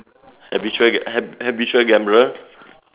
habitual habitual gambler